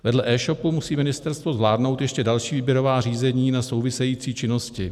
Vedle eshopu musí ministerstvo zvládnout ještě další výběrová řízení na související činnosti.